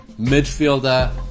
midfielder